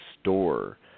Store